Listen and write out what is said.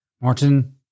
Martin